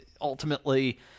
ultimately